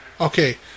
Okay